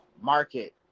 market